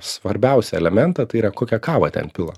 svarbiausią elementą tai yra kokią kavą ten pila